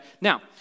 Now